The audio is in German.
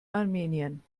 armenien